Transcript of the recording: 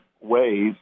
ways